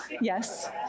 Yes